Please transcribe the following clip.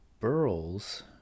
burls